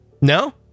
No